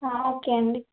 okay అండి